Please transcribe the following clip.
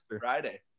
Friday